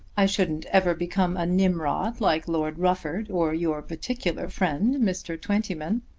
i shouldn't ever become a nimrod, like lord rufford or your particular friend mr. twentyman.